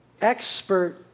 expert